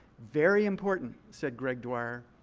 very important, said greg dwyer,